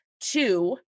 two